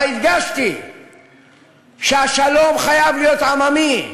אבל הדגשתי שהשלום חייב להיות עממי,